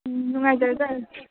ꯎꯝ ꯅꯨꯡꯉꯥꯏꯖꯔꯦ